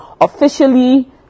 officially